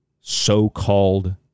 so-called